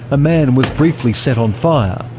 a man was briefly set on fire.